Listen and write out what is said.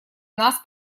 нас